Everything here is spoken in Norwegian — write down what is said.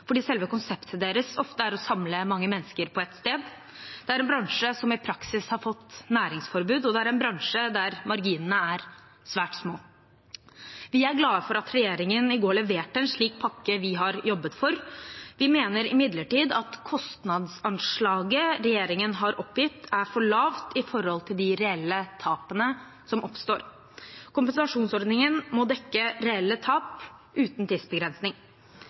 fordi selve konseptet deres er å samle mange mennesker på ett sted. Det er en bransje som i praksis har fått næringsforbud, og det er en bransje der marginene er svært små. Vi er glad for at regjeringen i går leverte en slik pakke vi har jobbet for. Vi mener imidlertid at kostnadsanslaget regjeringen har oppgitt, er for lavt i forhold til de reelle tapene som oppstår. Kompensasjonsordningen må dekke reelle tap uten tidsbegrensning.